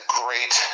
great